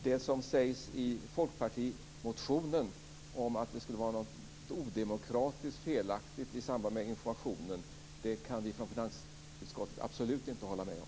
Det som sägs i folkpartimotionen om att det skulle vara något odemokratiskt och felaktigt i samband med informationen kan vi från finansutskottet alltså absolut inte hålla med om.